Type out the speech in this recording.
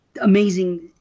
amazing